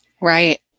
Right